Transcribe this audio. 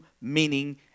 meaning